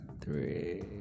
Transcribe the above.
three